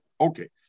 Okay